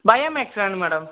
bio max தானுங்க madam